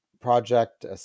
project